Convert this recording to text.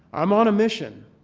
i'm on a mission.